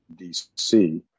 DC